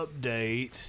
update